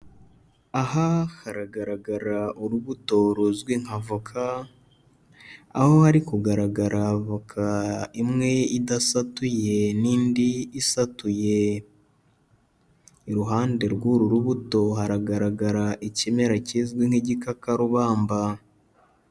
Aha haragaragara urubuto ruzwi nka avoka. aho hari kugaragara avoka imwe idasatuye n'indi isatuye. Iruhande rw'uru rubuto haragaragara ikimera kizwi nk'igikakarubamba.